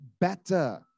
better